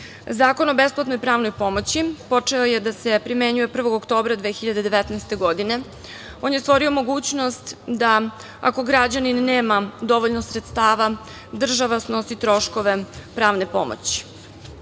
o besplatnoj pravnoj pomoći počeo je da se primenjuje 1. oktobra 2019. godine. On je stvorio mogućnost da, ako građanin nema dovoljno sredstava, država snosi troškove pravne pomoći. Novi